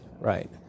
right